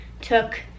took